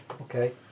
Okay